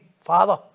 Father